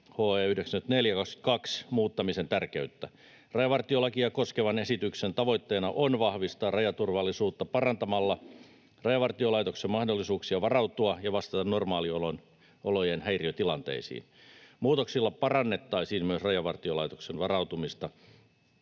HE 94/22, muuttamisen tärkeyttä. Rajavartiolakia koskevan esityksen tavoitteena on vahvistaa rajaturvallisuutta parantamalla Rajavartiolaitoksen mahdollisuuksia varautua ja vastata normaaliolojen häiriötilanteisiin. Muutoksilla parannettaisiin myös Rajavartiolaitoksen varautumista